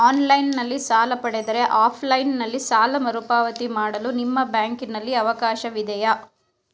Online ನಲ್ಲಿ ಸಾಲ ಪಡೆದರೆ ಆಫ್ಲೈನ್ ನಲ್ಲಿ ಸಾಲ ಮರುಪಾವತಿ ಮಾಡಲು ನಿಮ್ಮ ಬ್ಯಾಂಕಿನಲ್ಲಿ ಅವಕಾಶವಿದೆಯಾ?